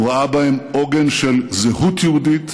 הוא ראה בהם עוגן של זהות יהודית